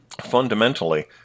fundamentally